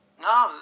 No